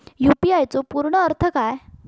UPI चो पूर्ण अर्थ काय?